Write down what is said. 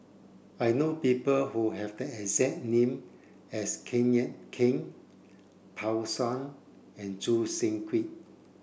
I know people who have the exact name as Kenneth Keng Pan Shou and Choo Seng Quee